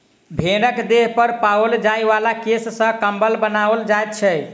भेंड़क देह पर पाओल जाय बला केश सॅ कम्बल बनाओल जाइत छै